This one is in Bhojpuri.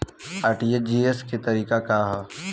आर.टी.जी.एस करे के तरीका का हैं?